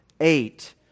eight